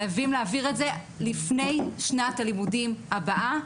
חייבים להעביר את זה לפני שנת הלימודים הבאה.